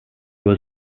was